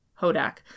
Hodak